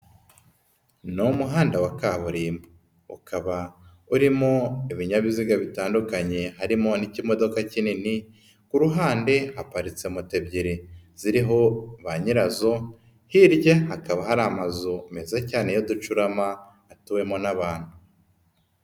Ni umuhanda wa kaburimbo. Ukaba urimo ibinyabiziga bitandukanye, harimo n'ikimodoka kinini, kuruhande haparitse moto ebyiri ziriho banyirazo, hirya hakaba hari amazu meza cyane y'uducurama, atuwemo n'abantu.